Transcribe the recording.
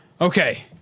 okay